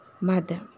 mother